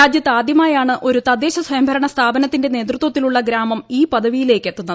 രാജ്യത്ത് ആദ്യമായാണ് ഒരു തദ്ദേശ സ്വയംഭരണ സ്ഥാപനത്തിന്റെ നേതൃത്വത്തിലുള്ള ഗ്രാമം ഈ പദവിയിലേയ്ക്ക് എത്തുന്നത്